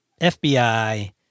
FBI